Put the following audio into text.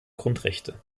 grundrechte